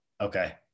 Okay